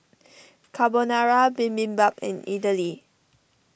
Carbonara Bibimbap and Idili